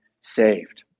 saved